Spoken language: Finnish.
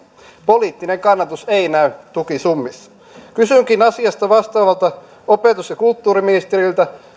poliittinen kannatus ei näy tukisummissa kysynkin asiasta vastaavalta opetus ja kulttuuriministeriltä